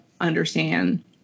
understand